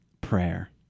prayer